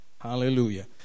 hallelujah